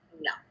no